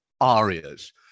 arias